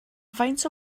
faint